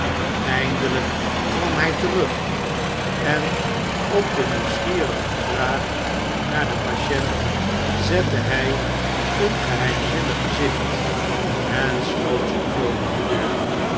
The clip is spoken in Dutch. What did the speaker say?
eindelijk kwam hij terug en op de nieuwsgierige vraag naar den patiënt zette hij een geheimzinnig gezicht en sloot zorgvuldig de deur